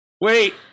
wait